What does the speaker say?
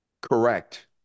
correct